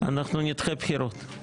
אנחנו נדחה בחירות.